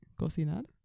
cocinar